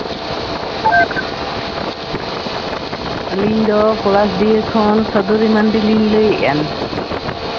ᱟᱹᱞᱤᱧ ᱫᱚ ᱯᱚᱞᱟᱥᱰᱤᱦᱟᱹ ᱠᱷᱚᱱ ᱥᱟᱫᱚᱨᱤ ᱢᱟᱱᱰᱤᱞᱤᱧ ᱞᱟᱹᱭᱮᱫᱼᱟ